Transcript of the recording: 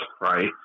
right